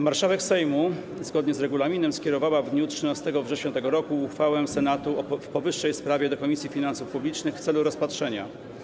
Marszałek Sejmu zgodnie z regulaminem Sejmu skierowała w dniu 13 września tego roku uchwałę Senatu w powyższej sprawie do Komisji Finansów Publicznych w celu rozpatrzenia.